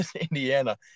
Indiana